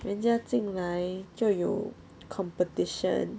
人家进来就有 competition